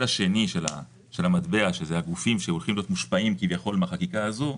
השני של המטבע שזה הגופים שיהיו מושפעים מהחקיקה הזאת,